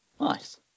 nice